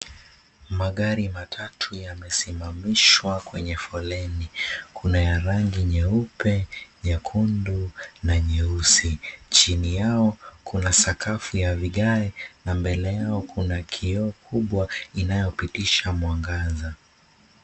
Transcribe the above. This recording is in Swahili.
Magari matatu yamesimamishwa kwenye foleni. Kuna ya rangi nyeupe, nyekundu na nyeusi. Chini yao kuna sakafu ya vigae na mbele yao kuna kioo kubwa inayopitisha mwangaza.